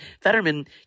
Fetterman